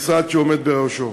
המשרד שהוא עומד בראשו.